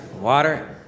Water